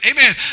Amen